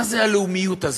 מה זו הלאומיות הזאת?